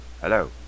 hello